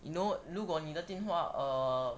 you know 如果你的电话 err